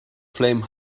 flame